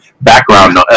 background